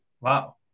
Wow